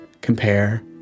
compare—